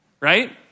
Right